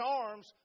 arms